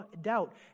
doubt